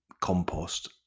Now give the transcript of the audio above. compost